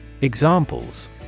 Examples